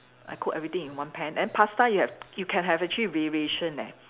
I cook everything in one pan and pasta you have you can actually have variation leh